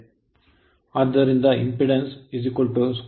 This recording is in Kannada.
ಆದ್ದರಿಂದ ಇಂಪೆಡಾನ್ಸ್ √Re1 2 Xe 12